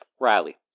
Riley